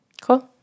Cool